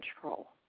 control